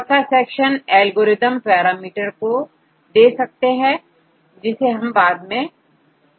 चौथा section algorithm parameter को दे सकता है जिसे हम बाद में डिस्कस करेंगे